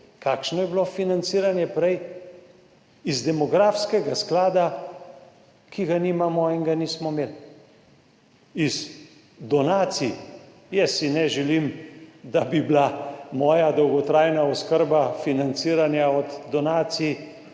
Kakšno je bilo financiranje prej? Iz demografskega sklada, ki ga nimamo in ga nismo imeli. Iz donacij. Jaz si ne želim, da bi bila moja dolgotrajna oskrba financiranja od donacij